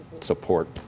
support